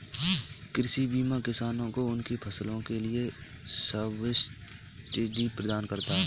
कृषि बीमा किसानों को उनकी फसलों के लिए सब्सिडी प्रदान करता है